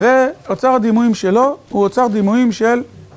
ואוצר הדימויים שלו הוא אוצר דימויים של...